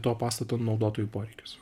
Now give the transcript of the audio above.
to pastato naudotojų poreikius